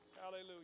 Hallelujah